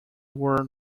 were